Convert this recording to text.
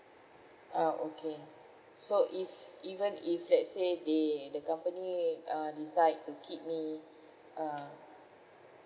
ah okay so if even if let's say they the company uh decide to keep me uh